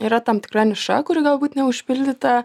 yra tam tikra niša kuri galbūt neužpildyta